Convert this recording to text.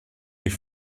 die